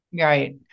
Right